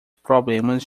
problemas